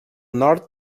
nord